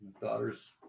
daughter's